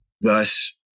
Thus